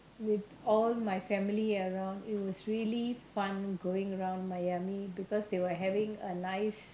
with all my family around it was really fun going around Miami because they were having a nice